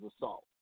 assault